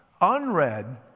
unread